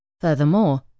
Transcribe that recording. Furthermore